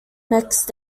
next